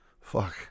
fuck